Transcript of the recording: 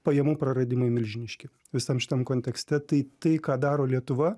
pajamų praradimai milžiniški visam šitam kontekste tai tai ką daro lietuva